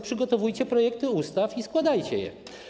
Przygotowujcie projekty ustaw i składajcie je.